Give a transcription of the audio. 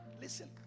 listen